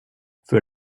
für